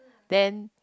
then